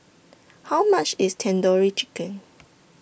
How much IS Tandoori Chicken